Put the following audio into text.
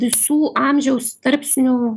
visų amžiaus tarpsnių